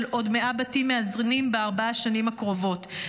עוד 100 בתים מאזנים בארבע השנים הקרובות.